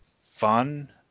fun